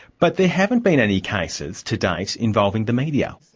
but there haven't been any cases to date involving the media.